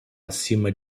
acima